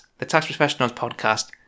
thetaxprofessionalspodcast